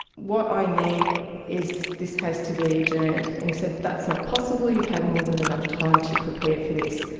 what i need is this case to be adjourned and he said, that's not possible, you've had more than enough time to prepare for this.